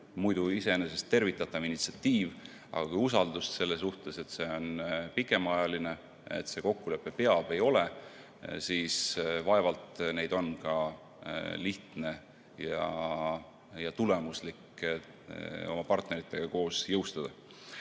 muidu iseenesest tervitatav initsiatiiv? Aga kui usaldust selle suhtes, et see on pikemaajaline, et see kokkulepe peab, ei ole, siis vaevalt on seda ka lihtne ja tulemuslik oma partneritega koos jõustada.